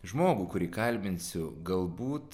žmogų kurį kalbinsiu galbūt